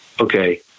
okay